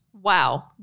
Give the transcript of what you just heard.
Wow